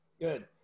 Good